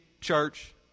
church